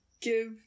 give